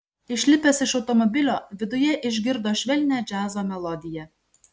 išlipęs iš automobilio viduje išgirdo švelnią džiazo melodiją